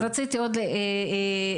אני